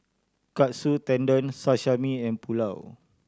Katsu Tendon Sashimi and Pulao